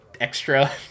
extra